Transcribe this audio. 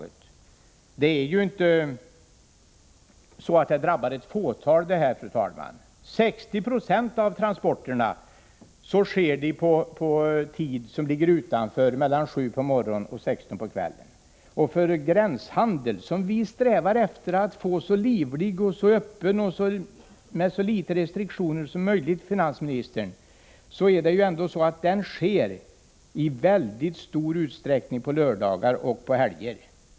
Detta drabbar ju inte ett fåtal. 60 96 av transporterna sker på annan tid än mellan 7 och 16. Vi strävar efter att få en så livlig och öppen gränshandel som möjligt och med så litet restriktioner som möjligt. Det är ändå på det viset att denna gränshandel i mycket stor utsträckning sker på lördagar och på helger.